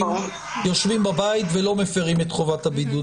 יושבים בבית ולא מפרים את חובת הבידוד.